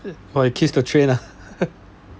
!wah! you kiss the train ah